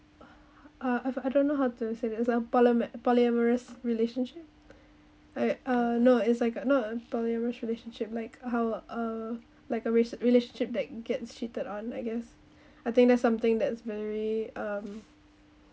uh I don't know how to say that it's a polyamo~ polyamorous relationship I uh no is like a not a polyamorous relationship like how uh like a re~ relationship that gets cheated on I guess I think that's something that's very um